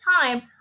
time